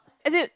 as in